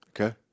Okay